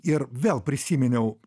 ir vėl prisiminiau